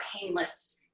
painless